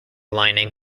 lining